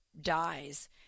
dies